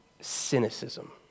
cynicism